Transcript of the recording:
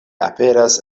aperas